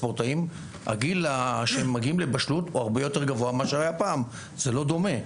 הגיל שמגיעים לבשלות גבוה ממה שהיה פעם וזה לא דומה.